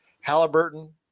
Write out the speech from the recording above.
Halliburton